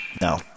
No